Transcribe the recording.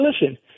listen